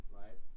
right